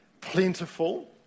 plentiful